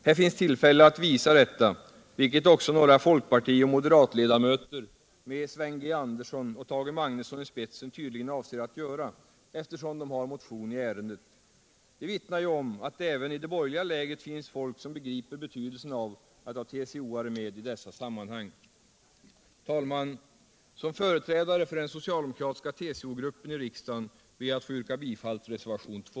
Här finns tillfälle att visa prov på detta samarbete, vilket också några folkparti — De mindre och och moderatledamöter med Sven G. Andersson och Tage Magnusson medelstora i spetsen tydligen avser att göra, eftersom de har motion i ärendet. Det — företagens utveckvittnar ju om att det även i det borgerliga lägret finns folk som begriper = ling, m.m. betydelsen av att ha TCO-are med i dessa sammanhang. Herr talman! Som företrädare för den socialdemokratiska TCO-gruppen i riksdagen ber jag att få yrka bifall till reservation 2.